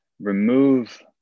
remove